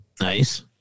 Nice